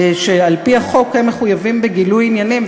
שעל-פי החוק מחויבים בגילוי עניינים,